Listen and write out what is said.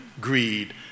greed